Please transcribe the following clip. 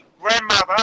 grandmother